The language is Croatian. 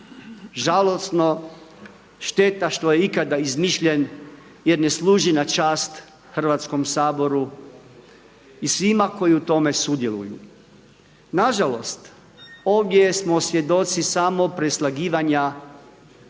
žalosno, šteta što je ikada izmišljen jer ne služi na čast Hrvatskom saboru i svima koji u tome sudjeluju. Nažalost ovdje smo svjedoci samo preslagivanja djela